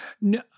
no